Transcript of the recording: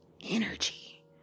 energy